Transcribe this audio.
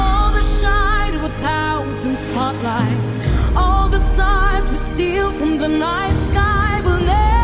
the shine of a thousand spotlights all the stars we steal from the night sky will never